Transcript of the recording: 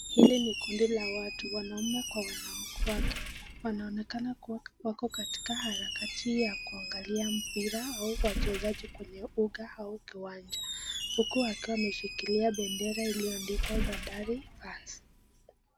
Hili ni kundi la watu wanaume kwa wanawake. Wanaonekana wako katika harakati ya kuangalia mpira au wachezaji kwenye uka au kiwanja. Huku wakiwa wameshikilia bendera ilioandikwa Bandari Fans.